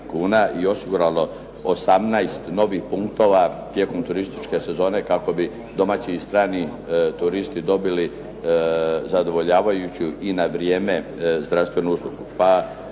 i osiguralo 18 novih punktova tijekom turističke sezone kako bi domaći i strani turisti dobili zadovoljavajuću i na vrijeme zdravstvenu uslugu.